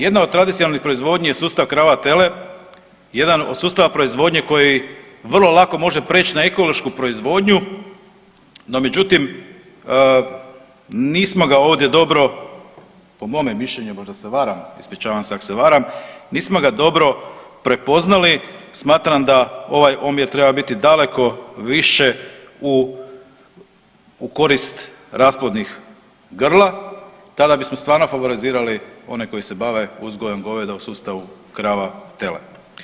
Jedna od tradicionalnih proizvodnji je sustav krava-tele, jedan od sustava proizvodnje koji vrlo lako može preć na ekološku proizvodnju, no međutim nismo ga ovdje dobro po mome mišljenju, možda se varam, ispričavam se ako se varam, nismo ga dobro prepoznali, smatram da ovaj omjer treba biti daleko više u korist rasplodnih grla, tada bismo stvarno favorizirali one koji se bave uzgojem goveda u sustavu krava-tele.